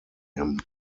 him